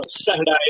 Saturday